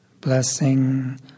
blessing